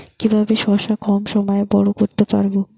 কিভাবে শশা কম সময়ে বড় করতে পারব?